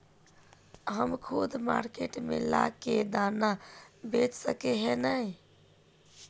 हम खुद मार्केट में ला के दाना बेच सके है नय?